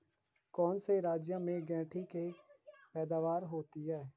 कौन से राज्य में गेंठी की पैदावार होती है?